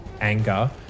anger